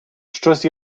щось